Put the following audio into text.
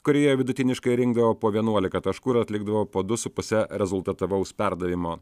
kurioje vidutiniškai rinkdavo po vienuolika taškų ir atlikdavo po du su puse rezultatyvaus perdavimo